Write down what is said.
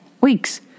weeks